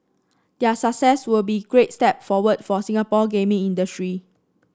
their success would be a great step forward for Singapore gaming industry